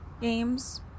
games